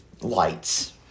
lights